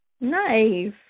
Nice